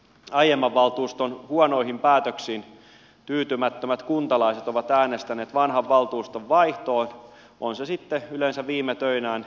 aiemman valtuuston huonoihin päätöksiin tyytymättömät kuntalaiset ovat äänestäneet vanhan valtuuston vaihtoon on se sitten yleensä viime töinään